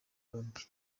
yombi